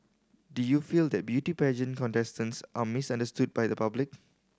do you feel that beauty pageant contestants are misunderstood by the public